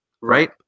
Right